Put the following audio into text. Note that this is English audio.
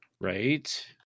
Right